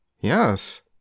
Yes